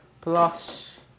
Plus